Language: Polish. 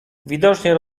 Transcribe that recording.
widocznie